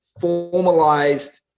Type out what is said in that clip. formalized